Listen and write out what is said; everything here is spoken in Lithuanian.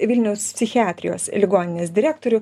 vilniaus psichiatrijos ligoninės direktorių